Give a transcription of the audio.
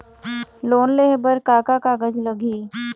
Loan लेहे बर का का कागज लगही?